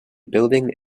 building